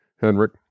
Henrik